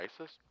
ISIS